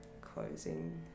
closing